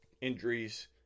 Injuries